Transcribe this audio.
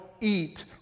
eat